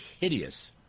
hideous